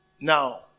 Now